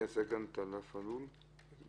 מי מייצג את ענף הלול כאן?